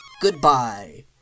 Goodbye